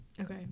Okay